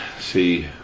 see